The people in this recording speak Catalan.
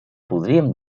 podríem